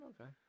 Okay